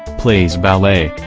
plays ballet,